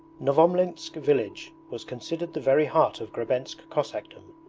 novomlinsk village was considered the very heart of grebensk cossackdom.